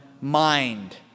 mind